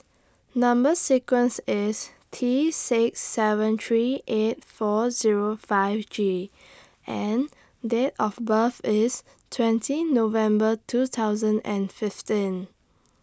Number sequence IS T six seven three eight four Zero five G and Date of birth IS twenty November two thousand and fifteen